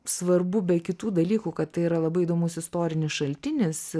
svarbu be kitų dalykų kad tai yra labai įdomus istorinis šaltinis